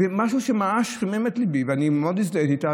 זה משהו שממש חימם את ליבי, ומאוד הזדהיתי איתה.